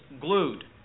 glued